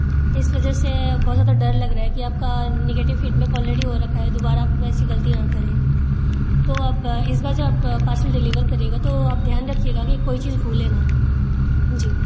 इस वजह से बहुत ज़्यादा डर लग रहा है कि आपका नेगेटिव फीडबैक ऑलरेडी हो रखा है दोबारा कुछ ऐसी ग़लती ना करें तो अब इस बार जो आप पार्सल डिलेवर करिएगा तो आप ध्यान रखिएगा कि कोई चीज़ भूलें ना जी